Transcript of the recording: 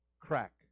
crack